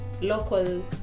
Local